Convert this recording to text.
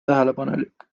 tähelepanelik